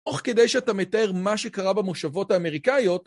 תוך כדי שאתה מתאר מה שקרה במושבות האמריקאיות